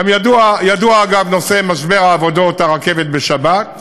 אגב, גם ידוע נושא משבר עבודות הרכבת בשבת.